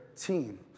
team